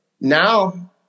now